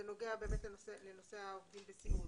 זה נוגע באמת לנושא העובדים בסיעוד,